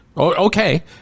okay